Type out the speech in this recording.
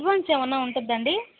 advance ఏమైనా ఉంటుందా అండి